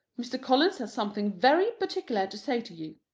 mr. collins has something very particular to say to you.